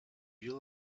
you